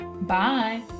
Bye